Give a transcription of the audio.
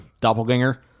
doppelganger